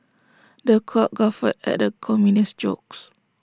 the crowd guffawed at the comedian's jokes